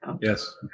yes